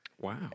Wow